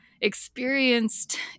experienced